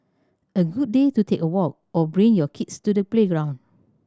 a good day to take a walk or bring your kids to the playground